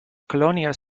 colonias